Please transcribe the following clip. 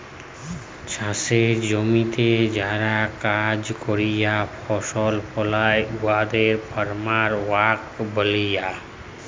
চাষের জমিতে যারা কাজ ক্যরে ফসল ফলায় উয়াদের ফার্ম ওয়ার্কার ব্যলে